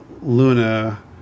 Luna